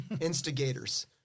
instigators